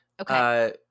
Okay